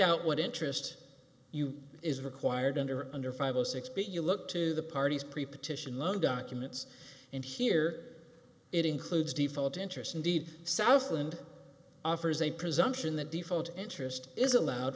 out what interest you is required under under five zero six big you look to the parties pre partition loan documents and here it includes default interest indeed southwind offers a presumption the default interest is allowed